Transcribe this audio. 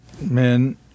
men